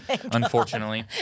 unfortunately